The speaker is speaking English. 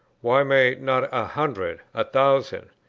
why may not a hundred? a thousand?